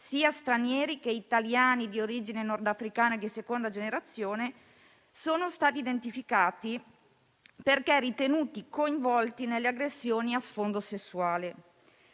sia stranieri che italiani di origine nordafricana di seconda generazione, sono stati identificati perché ritenuti coinvolti nelle aggressioni a sfondo sessuale.